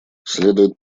следует